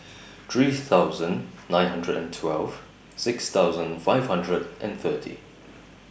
three thousand nine hundred and twelve six thousand five hundred and thirty